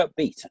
upbeat